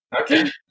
okay